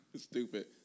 stupid